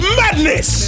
madness